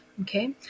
okay